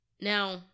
Now